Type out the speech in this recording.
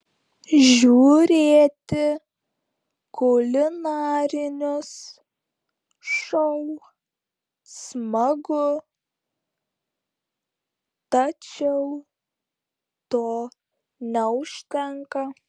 žiūrėti kulinarinius šou smagu tačiau to neužtenka